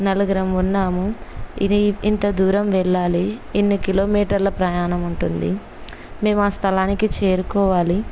నలుగురం ఉన్నాము ఇది ఇంత దూరం వెళ్ళాలి ఎన్ని కిలోమీటర్ల ప్రయాణం ఉంటుంది మేము ఆ స్థలానికి చేరుకోవాలి